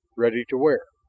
ready to wear.